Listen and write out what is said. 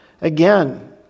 Again